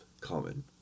common